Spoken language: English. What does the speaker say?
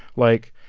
like,